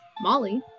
Molly